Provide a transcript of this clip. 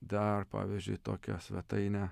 dar pavyzdžiui tokią svetainę